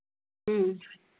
ह्म्म